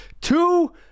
two